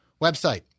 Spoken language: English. website